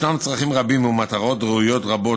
ישנם צרכים רבים ומטרות ראויות רבות